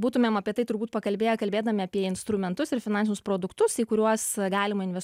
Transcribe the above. būtumėm apie tai turbūt pakalbėję kalbėdami apie instrumentus ir finansinius produktus į kuriuos galima inves